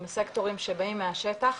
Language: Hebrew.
עם הסקטורים שבאים מהשטח,